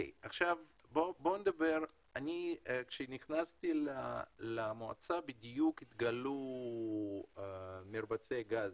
כשנכנסתי למועצה בדיוק התגלו מרבצי גז,